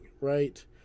right